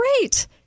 Great